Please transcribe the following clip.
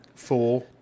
Four